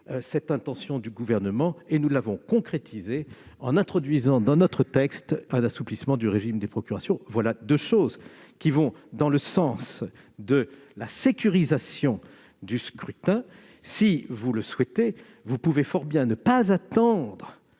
cette intention du Gouvernement et nous l'avons concrétisée en introduisant dans notre texte un assouplissement du régime des procurations. Ces deux éléments permettront de sécuriser le scrutin. Si vous le souhaitez, vous pouvez fort bien ne pas attendre